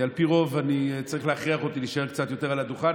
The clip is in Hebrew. כי על פי רוב צריך להכריח אותי להישאר קצת יותר על הדוכן,